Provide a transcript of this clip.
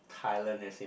Thailand as in